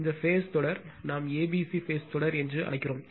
இந்த பேஸ் தொடர் நாம் abc பேஸ் தொடர் என்று அழைக்கிறோம்